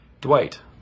Dwight